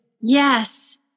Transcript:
yes